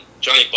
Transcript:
Johnny